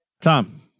Tom